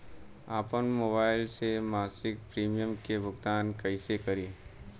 आपन मोबाइल से मसिक प्रिमियम के भुगतान कइसे करि?